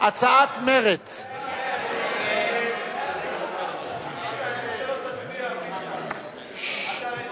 הצעת הסיכום שהביא חבר הכנסת אילן גילאון לא